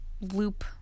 loop